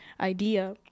idea